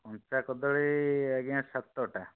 କଞ୍ଚା କଦଳୀ ଆଜ୍ଞା ସାତଟା